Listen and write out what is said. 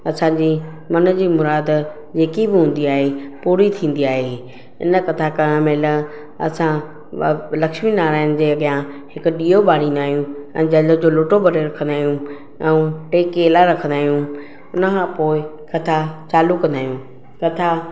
असांजी मन जी मुराद जेकी बि हूंदी आहे पूरी थींदी आहे इन कथा करणु महिल असां व लक्ष्मी नारायण जे अॻियां हिकु ॾीओ ॿारींदा आहियूं ऐं जल जो लोटो भरे रखंदा आहियूं ऐं टे केला रखंदा आहियूं उनखां पोइ कथा चालू कंदा आहियूं कथा